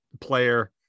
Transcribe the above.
player